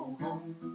home